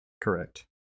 Correct